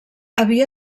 havia